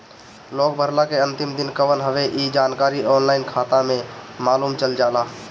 loan भरला के अंतिम दिन कवन हवे इ जानकारी ऑनलाइन खाता में मालुम चल जाला